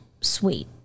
Sweet